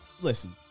Listen